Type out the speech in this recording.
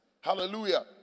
Hallelujah